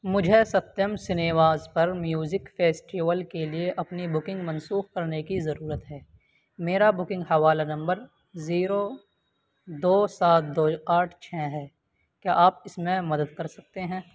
مجھے ستیم سنیواز پر میوزک فیسٹیول کے لیے اپنی بکنگ منسوخ کرنے کی ضرورت ہے میرا بکنگ حوالہ نمبر زیرو دو سات دو آٹھ چھ ہے کیا آپ اس میں مدد کر سکتے ہیں